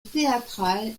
théâtral